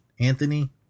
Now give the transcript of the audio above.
Anthony